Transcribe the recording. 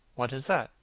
what is that?